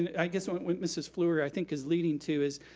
and i guess what mrs. fluor, i think, is leading to is,